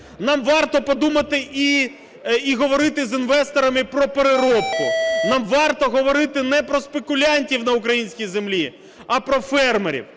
Нам варто подумати і говорити з інвесторами про переробку. Нам варто говорити не про спекулянтів на українській землі, а про фермерів.